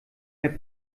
herr